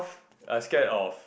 I scared of